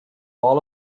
all